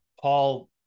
Paul